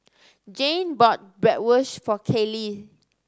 Jayne bought Bratwurst for Kayleigh